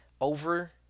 over